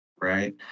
right